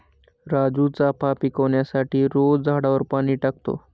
राजू चाफा पिकवण्यासाठी रोज झाडावर पाणी टाकतो